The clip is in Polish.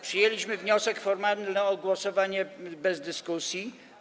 Przyjęliśmy wniosek formalny o głosowanie bez dyskusji.